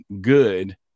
good